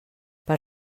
per